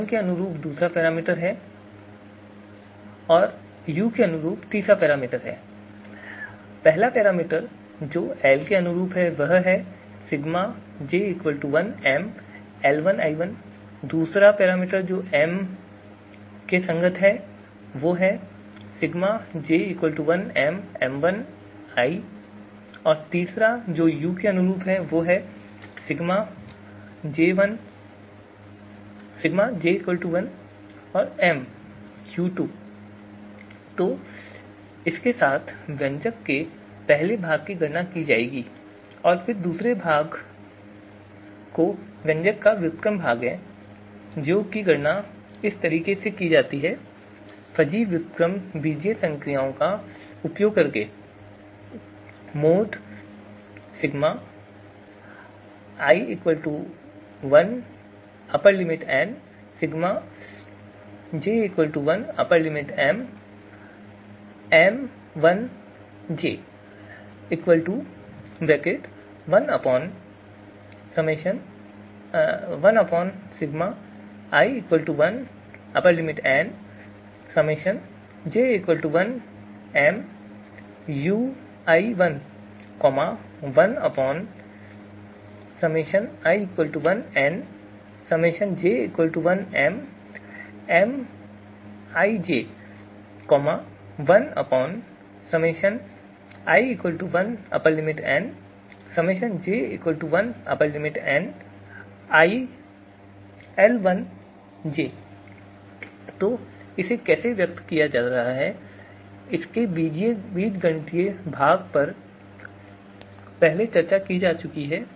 L के अनुरूप पहला पैरामीटर है फिर m के संगत दूसरा पैरामीटर है और फिर यू के अनुरूप तीसरा पैरामीटर है तो इसके साथ व्यंजक के पहले भाग की गणना की जाएगी और फिर दूसरे भाग जो व्यंजक का व्युत्क्रम भाग है की गणना इस तरह की जा सकती है फजी व्युत्क्रम बीजीय संक्रियाओं का उपयोग करके तो इसे कैसे व्यक्त किया जा रहा है इसके बीजगणितीय भाग पर पहले ही चर्चा की जा चुकी है